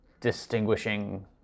distinguishing